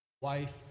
wife